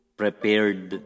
prepared